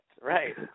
Right